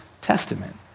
Testament